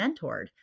mentored